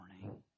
morning